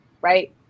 Right